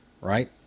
right